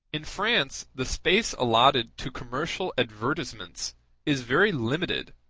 in france the space allotted to commercial advertisements is very limited,